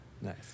Nice